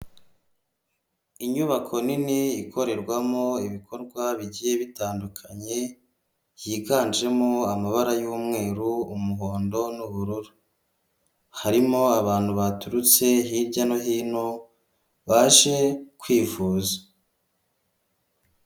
Inyubako nini ikorerwamo ibikorwa bigiye bitandukanye yiganjemo amabara y'umweru, umuhondo n'ubururu, harimo abantu baturutse hirya no hino baje kwivuza.